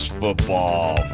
football